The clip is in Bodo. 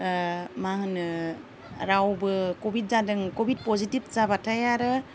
मा होनो रावबो कभिड जादों कभिड पजिटिभ जाबाथाय आरो